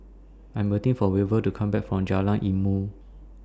I'm waiting For Weaver to Come Back from Jalan Ilmu